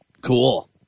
Cool